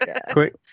Quick